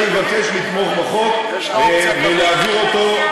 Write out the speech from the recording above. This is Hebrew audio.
אני מבקש לתמוך בחוק ולהעביר אותו,